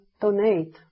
donate